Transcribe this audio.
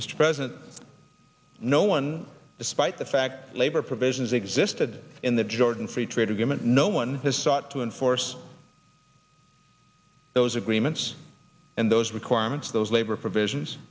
mr president no one despite the fact labor provisions existed in the jordan free trade agreement no one has sought to enforce those agreements and those requirements of those labor provisions